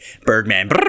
Birdman